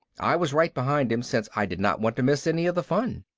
i was right behind him since i did not want to miss any of the fun.